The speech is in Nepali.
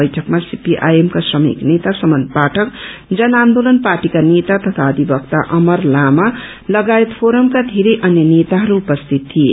बैठकमा सीपीआईएमका श्रमिक नेता समन पाठक जन आन्दोलन पार्टीका नेता तथा अधिक्ता अमर लामा लगायत फोरमका बेरै अन्य नेताहरू उपस्थित थिए